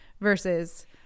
versus